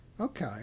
okay